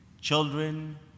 children